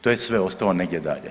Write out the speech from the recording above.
To je sve ostalo negdje dalje.